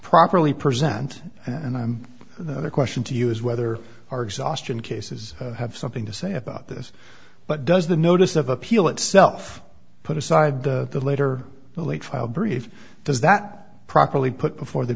properly present and i'm the other question to you is whether or exhaustion cases have something to say about this but does the notice of appeal itself put aside the later late file brief does that properly put before the